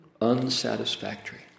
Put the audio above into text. Unsatisfactory